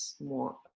more